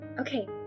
okay